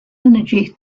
energy